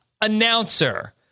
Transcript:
announcer